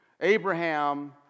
Abraham